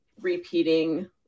repeating